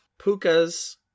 Puka's